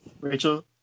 Rachel